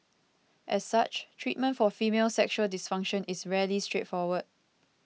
as such treatment for female sexual dysfunction is rarely straightforward